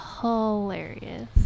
hilarious